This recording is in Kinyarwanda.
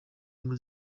ngo